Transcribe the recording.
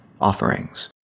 Offerings